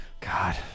God